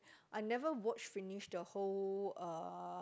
I never watch finish the whole uh